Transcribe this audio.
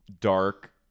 dark